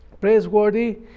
praiseworthy